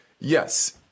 Yes